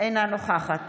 אינה נוכחת